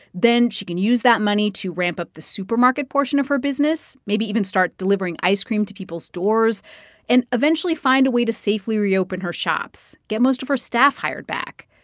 then she can use that money to ramp up the supermarket portion of her business, maybe even start delivering ice cream to people's doors and eventually find a way to safely reopen her shops, get most of her staff hired back.